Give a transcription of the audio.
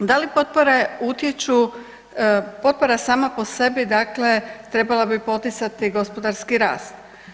Da li potpore utječu, potpora sama po sebi dakle trebala bi poticati gospodarski rast.